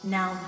Now